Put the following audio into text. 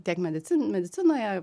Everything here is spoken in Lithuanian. tiek medicin medicinoje